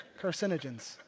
carcinogens